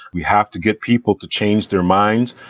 we have to get people to change their minds,